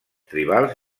tribals